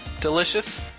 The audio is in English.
delicious